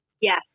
yes